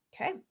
Okay